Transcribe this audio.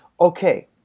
okay